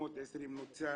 ל-320 נוצל.